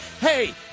Hey